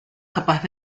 capaz